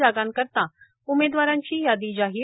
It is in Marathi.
जागांकरीता उमेदवारांची यादी जाहीर